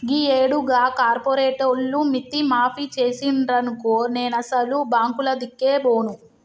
గీయేడు గా కార్పోరేటోళ్లు మిత్తి మాఫి జేసిండ్రనుకో నేనసలు బాంకులదిక్కే బోను